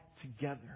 together